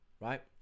right